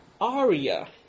aria